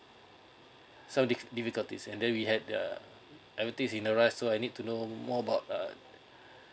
some difficulties and then we had uh everything is in a rush so I need to know more about uh